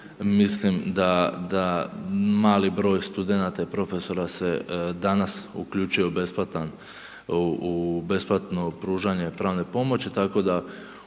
mislim da mali broj studenata i profesora se danas uključuje u besplatno pružanje pravne pomoći.